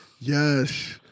Yes